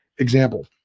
Example